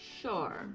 Sure